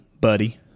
Buddy